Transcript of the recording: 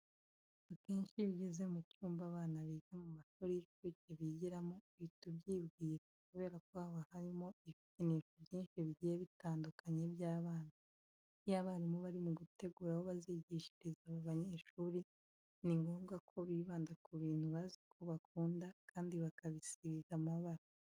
Akenshi iyo ugeze mu cyumba abana biga mu mashuri y'inshuke bigiramo uhita ubyibwira kubera ko haba harimo ibikinisho byinshi bigiye bitandukanye by'abana. Iyo abarimu bari gutegura aho bazigishiriza aba banyeshuri, ni ngombwa ko bibanda ku bintu bazi ko bakunda kandi bakabisiga amabara.